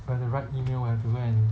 will have to write email will have to go and